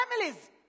families